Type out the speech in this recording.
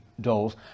dolls